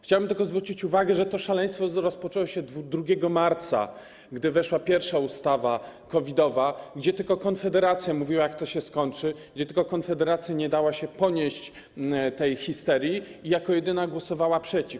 Chciałem tylko zwrócić uwagę, że to szaleństwo rozpoczęło się 2 marca, gdy weszła pierwsza ustawa COVID-owa, kiedy tylko Konfederacja mówiła, jak to się skończy, kiedy tylko Konfederacja nie dała się ponieść tej histerii i jako jedyna głosowała przeciw.